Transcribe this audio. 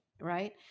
Right